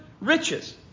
riches